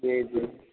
जी जी